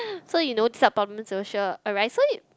so you know this type of problems will sure arise so you